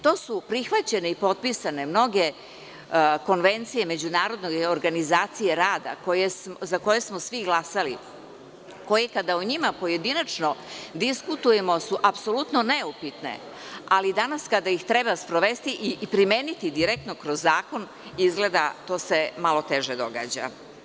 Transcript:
To su prihvaćene i potpisane mnoge konvencije, međunarodne organizacije rada, za koje smo svi glasali, koje kada o njima pojedinačno diskutujemo su apsolutno neupitne, ali danas kada ih treba sprovesti i primeniti direktno kroz zakon, izgleda to se malo teže događa.